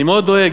אני מאוד דואג.